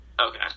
Okay